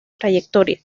trayectoria